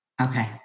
Okay